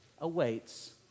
awaits